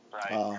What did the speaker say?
right